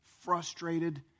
frustrated